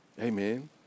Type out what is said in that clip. Amen